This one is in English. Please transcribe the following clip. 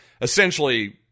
essentially